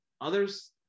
others